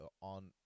on